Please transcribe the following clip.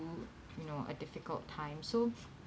you know a difficult time so